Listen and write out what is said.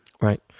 Right